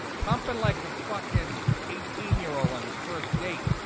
pumping like a fucking eighteen year old on his first date